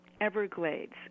Everglades